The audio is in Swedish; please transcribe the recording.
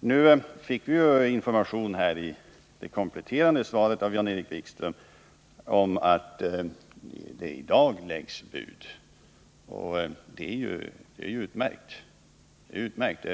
Nu fick vi i det kompletterande svaret av Jan-Erik Wikström information om att det i dag läggs ett bud. Det är utmärkt.